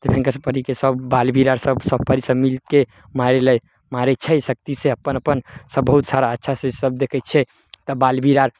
भयंकर परीके सब बालबीर आर सब सब परी सब मिलके मारलै मारै छै शक्ति से अपन अपन सब बहुत छौड़ा अच्छा से सब देखै छियै तब बालबीर आर